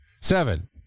Seven